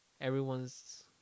Everyone's